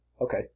Okay